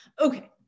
Okay